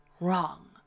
wrong